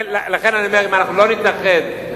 אבל היית שר שיכון,